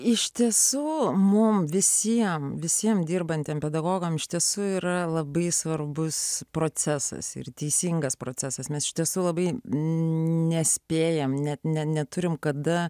iš tiesų mums visiems visiems dirbantiems pedagogams iš tiesų yra labai svarbus procesas ir teisingas procesas mes iš tiesų labai nespėjame net ne neturime kada